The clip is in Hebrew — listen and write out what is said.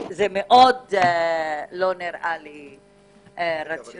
זה מאד לא נראה לי רציונלי.